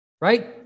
right